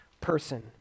person